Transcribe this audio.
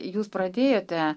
jūs pradėjote